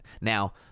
Now